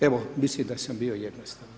Evo, mislim da sam bio jednostavan.